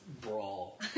brawl